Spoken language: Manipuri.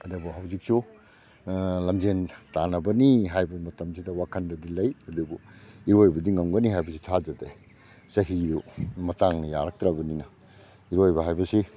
ꯑꯗꯨꯕꯨ ꯍꯧꯖꯤꯛꯁꯨ ꯂꯝꯖꯦꯟ ꯇꯥꯅꯅꯕꯅꯤ ꯍꯥꯏꯕ ꯃꯇꯝꯁꯤꯗ ꯋꯥꯈꯟꯗꯗꯤ ꯂꯩ ꯑꯗꯨꯕꯨ ꯏꯔꯣꯏꯕꯗꯤ ꯉꯝꯒꯅꯤ ꯍꯥꯏꯕꯁꯤ ꯊꯥꯖꯗ꯭ꯔꯦ ꯆꯍꯤ ꯃꯇꯥꯡꯅ ꯌꯥꯔꯛꯇ꯭ꯔꯕꯅꯤꯅ ꯏꯔꯣꯏꯕ ꯍꯥꯏꯕꯁꯤ